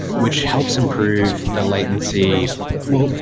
which helps improve the latency well,